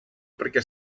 perquè